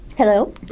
Hello